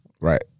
Right